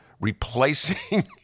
replacing